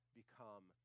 become